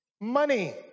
Money